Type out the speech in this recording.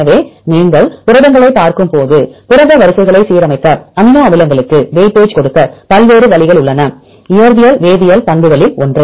எனவே நீங்கள் புரதங்களைப் பார்க்கும்போது புரத வரிசைகளை சீரமைக்க அமினோ அமிலங்களுக்கு வெயிட்டேஜ் கொடுக்க பல்வேறு வழிகள் உள்ளன இயற்பியல் வேதியியல் பண்புகளில் ஒன்று